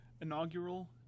inaugural